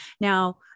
Now